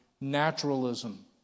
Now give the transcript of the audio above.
naturalism